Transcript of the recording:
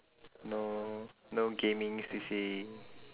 no no gaming C_C_A